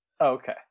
Okay